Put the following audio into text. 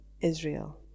Israel